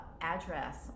address